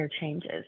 changes